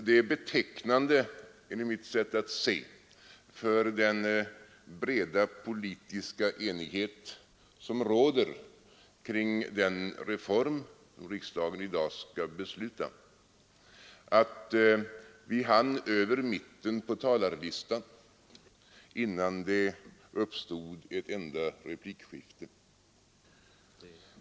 Det är betecknande, enligt mitt sätt att se, för den breda politiska enighet som råder kring den reform som riksdagen i dag skall besluta att vi hann över mitten på talarlistan innan det uppstod ett enda replikskifte.